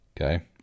okay